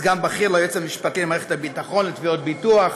סגן בכיר ליועץ המשפטי למערכת הביטחון לתביעות ביטוח,